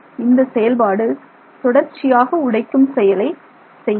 இந்த செயல்பாடு தொடர்ச்சியாக உடைக்கும் செயலை செய்கிறது